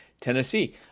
Tennessee